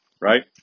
Right